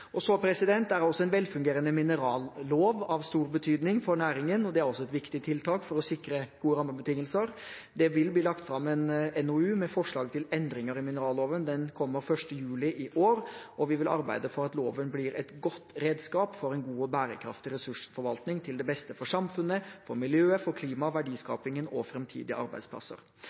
En velfungerende minerallov er av stor betydning for næringen, og det er også et viktig tiltak for å sikre gode rammebetingelser. Det vil bli lagt frem en NOU med forslag til endringer i mineralloven. Den kommer 1. juli i år. Og vi vil arbeide for at loven blir et godt redskap for en god og bærekraftig ressursforvaltning til beste for samfunnet, for miljøet, for klimaet, verdiskapingen og framtidige arbeidsplasser.